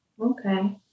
Okay